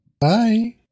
bye